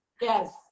yes